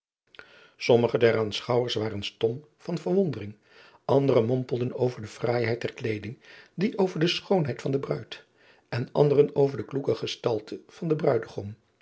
ommige der aanschouwers waren stom van verwondering andere mompelden over de fraaiheid der kleeding die over de schoonheid van de ruid en anderen over de kloeke gestalte van den ruidegom